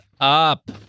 up